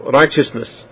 righteousness